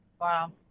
Wow